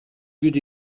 good